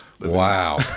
wow